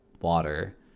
water